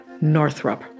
Northrop